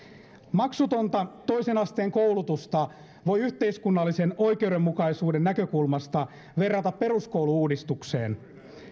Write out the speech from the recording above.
maksutonta toisen asteen koulutusta voi yhteiskunnallisen oikeudenmukaisuuden näkökulmasta verrata peruskoulu uudistukseen